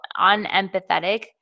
unempathetic